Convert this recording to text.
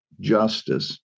justice